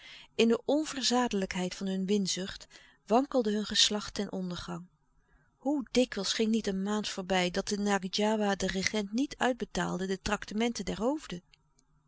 in de onverzadelijkheid van hun winzucht wankelde hun geslacht ten ondergang hoe dikwijls ging niet een maand voorbij dat te ngadjiwa de regent niet uitbetaalde de traktementen der hoofden